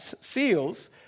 seals